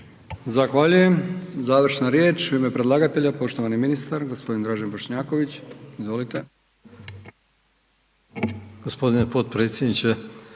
Zahvaljujem. Završna riječ u ime predlagatelja, poštovani ministar, g. Dražen Bošnjaković. Izvolite. **Bošnjaković,